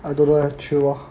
I don't know ah chill lor